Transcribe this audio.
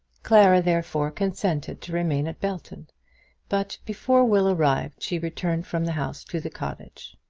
clara, therefore, consented to remain at belton but, before will arrived, she returned from the house to the cottage.